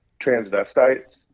transvestites